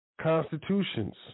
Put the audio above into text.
constitutions